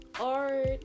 art